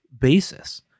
basis